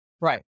right